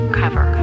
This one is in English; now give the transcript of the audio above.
cover